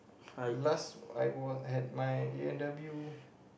last I was had my a-and-w